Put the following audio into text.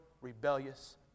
rebellious